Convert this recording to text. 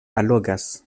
allogas